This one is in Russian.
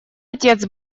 отец